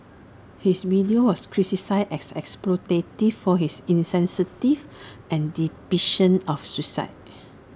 his video was criticised as exploitative for his insensitive and depiction of suicide